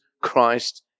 Christ